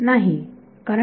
विद्यार्थी E